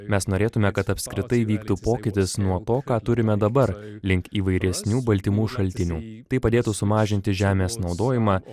mes norėtume kad apskritai įvyktų pokytis nuo to ką turime dabar link įvairesnių baltymų šaltinių tai padėtų sumažinti žemės naudojimą